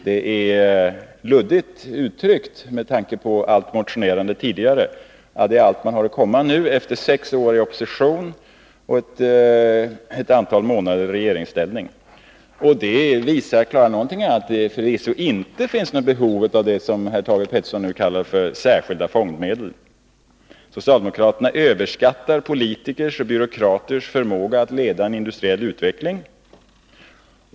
Det är luddigt uttryckt med tanke på allt motionerande tidigare — det är allt man nu har att komma med efter sex år i opposition och ett antal månader i regeringsställning. Det visar väl klarare än någonting annat att det förvisso inte finns behov av det som här Thage Peterson nu kallar för ”särskilda fondmedel”. Socialdemokraterna överskattar politikers och byråkraters förmåga att leda en industriell utveckling.